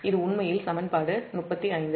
இது உண்மையில் சமன்பாடு 35